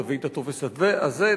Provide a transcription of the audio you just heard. תביא את הטופס הזה,